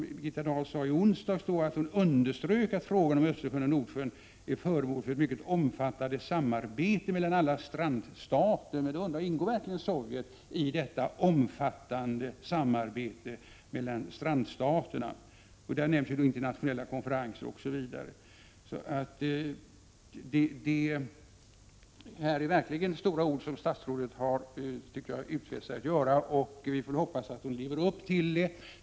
Birgitta Dahl sade i onsdagens debatt att hon ville understryka att frågan om Östersjön och Nordsjön är föremål för ett mycket omfattande samarbete mellan alla strandstater. Jag undrar om Sovjetunionen ingår i detta omfattande samarbete mellan strandstaterna? Hon nämnde i onsdags vidare att bl.a. internationella konferenser ingår i detta samarbete. Statsrådet har verkligen med stora ord utfäst sig att vidta åtgärder. Vi får hoppas att hon lever upp till dessa ord.